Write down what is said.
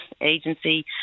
agency